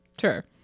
Sure